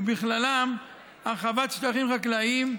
ובכלל זה הרחבה של שטחים חקלאיים,